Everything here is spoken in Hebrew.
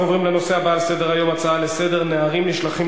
הצעות לסדר-היום בנושא: נערים נשלחים